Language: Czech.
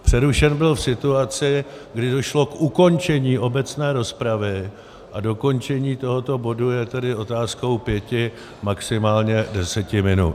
Přerušen byl v situaci, kdy došlo k ukončení obecné rozpravy, a dokončení tohoto bodu je tedy otázkou pěti, maximálně deseti minut.